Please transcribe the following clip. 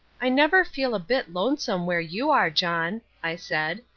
i never feel a bit lonesome where you are, john, i said,